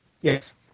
Yes